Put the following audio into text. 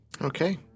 Okay